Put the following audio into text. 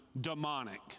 demonic